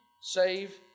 save